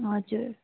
हजुर